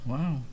Wow